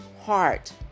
heart